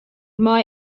mei